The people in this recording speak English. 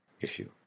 issue